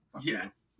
Yes